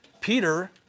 Peter